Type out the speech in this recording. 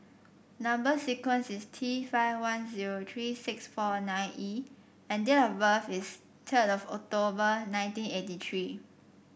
number sequence is T five one zero three six four nine E and date of birth is third of October nineteen eighty three